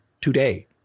today